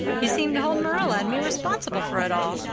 he seemed to hold marilla and me responsible for it all,